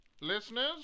listeners